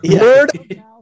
Word